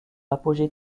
apogée